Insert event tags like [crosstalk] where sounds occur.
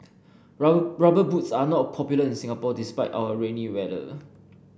[unintelligible] rubber boots are not popular in Singapore despite our rainy weather